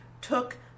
took